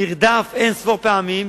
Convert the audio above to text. נרדף אין-ספור פעמים,